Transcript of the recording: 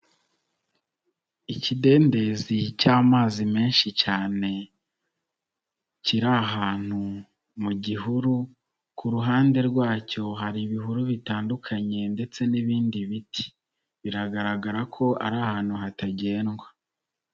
Ikidendezi cy'amazi menshi cyane kiri ahantu mu gihuru ku ruhande rwacyo hari ibihuru bitandukanye ndetse n'ibindi biti, biragaragara ko ari ahantu hatagendwa.